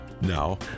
Now